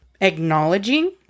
acknowledging